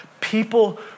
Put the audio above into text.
people